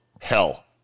hell